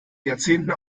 jahrzehnten